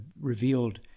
revealed